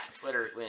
Twitter